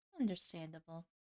Understandable